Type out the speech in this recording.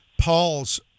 paul's